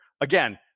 again